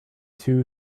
two